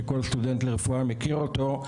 שכל סטודנט לרפואה מכיר אותו,